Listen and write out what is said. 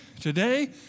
today